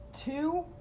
two